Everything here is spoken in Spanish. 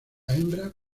hembra